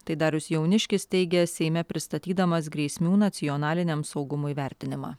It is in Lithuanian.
tai darius jauniškis teigia seime pristatydamas grėsmių nacionaliniam saugumui vertinimą